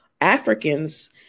Africans